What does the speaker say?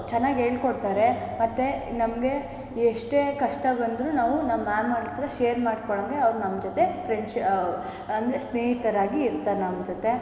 ಚೆನ್ನಾಗ್ ಹೇಳ್ಕೊಡ್ತಾರೆ ಮತ್ತು ನಮಗೆ ಎಷ್ಟೇ ಕಷ್ಟ ಬಂದರೂ ನಾವು ನಮ್ಮ ಮ್ಯಾಮ್ ಹತ್ರ ಶೇರ್ ಮಾಡ್ಕೊಳೋಂಗೆ ಅವ್ರು ನಮ್ಮ ಜೊತೆ ಫ್ರೆಂಡ್ ಶ ಅಂದರೆ ಸ್ನೇಹಿತರಾಗಿ ಇರ್ತಾರೆ ನಮ್ಮ ಜೊತೆ